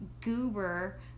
Goober